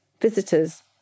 visitors